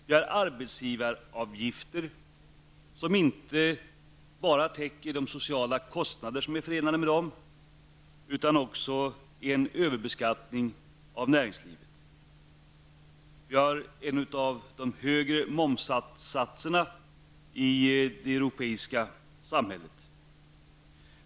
Vi har arbetsgivaravgifter som inte bara täcker de sociala kostnader som är förenade med dem, utan som också är en överbeskattning av näringslivet. Vi har en av de högre momssatserna i det europeiska samhället.